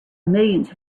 millions